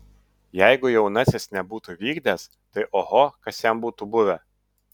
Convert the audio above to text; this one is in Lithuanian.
jeigu jaunasis nebūtų vykdęs tai oho kas jam būtų buvę